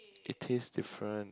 it tastes different